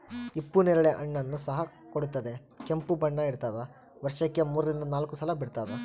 ಹಿಪ್ಪು ನೇರಳೆ ಹಣ್ಣನ್ನು ಸಹ ಕೊಡುತ್ತದೆ ಕೆಂಪು ಕಪ್ಪು ಬಣ್ಣ ಇರ್ತಾದ ವರ್ಷಕ್ಕೆ ಮೂರರಿಂದ ನಾಲ್ಕು ಸಲ ಬಿಡ್ತಾದ